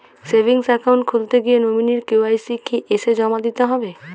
Savings account খুলতে গিয়ে nominee KYC কি এসে জমা দিতে হবে?